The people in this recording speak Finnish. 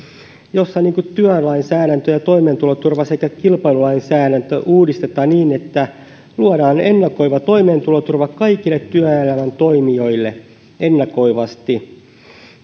jossa työlainsäädäntö ja toimeentuloturva sekä kilpailulainsäädäntö uudistetaan niin että luodaan ennakoiva toimeentuloturva kaikille työelämän toimijoille ennakoivasti